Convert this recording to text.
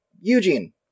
Eugene